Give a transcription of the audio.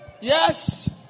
yes